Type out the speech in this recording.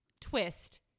Twist